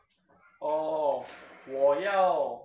哦我要